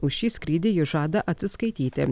už šį skrydį jis žada atsiskaityti